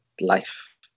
life